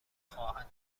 خواهد